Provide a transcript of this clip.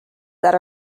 that